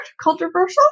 controversial